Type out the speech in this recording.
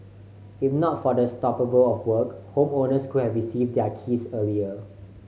if not for the stoppable of work homeowners could have received their keys earlier